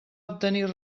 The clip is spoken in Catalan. obtenir